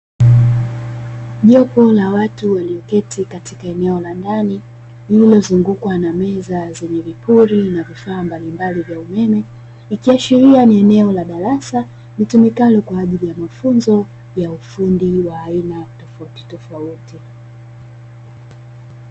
Jopo la watu walioketi katika eneo la ndani, lililozungukwa na meza zenye vipuri na vifaa mbalimbali vya umeme, ikiashiria kuwa ni eneo la darasa litumikalo kwa ajili ya mafunzo ya ufundi ya aina tofauti tofauti.